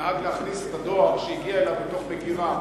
שנהג להכניס את הדואר שהגיע אליו לתוך מגירה.